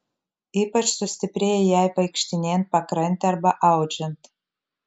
ypač sustiprėja jai vaikštinėjant pakrante arba audžiant